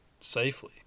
safely